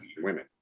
women